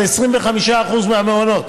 זה 25% מהמעונות.